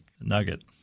nugget